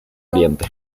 oriente